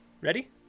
Ready